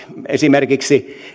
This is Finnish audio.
esimerkiksi